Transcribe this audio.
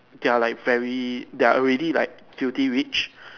they are like very they are already like filthy rich